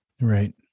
Right